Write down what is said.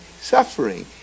suffering